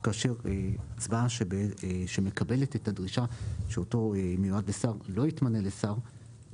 כאשר הצבעה שמקבלת את הדרישה שאותו מיועד לשר לא יתמנה לשר,